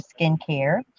skincare